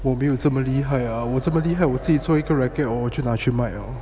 我没有这么厉害啊我这么厉害我自己做一个 racket 我去拿去卖 lor